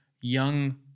young